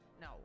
no